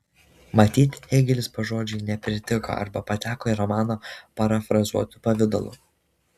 matyt hėgelis pažodžiui nepritiko arba pateko į romaną parafrazuotu pavidalu